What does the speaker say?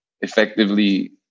effectively